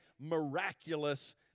miraculous